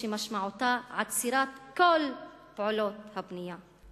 שמשמעותה עצירת כל פעולות הבנייה.